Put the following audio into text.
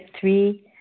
three